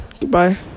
Goodbye